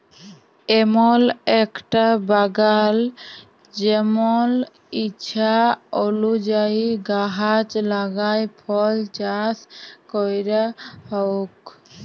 এমল একটা বাগাল জেমল ইছা অলুযায়ী গাহাচ লাগাই ফল চাস ক্যরা হউক